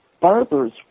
barbers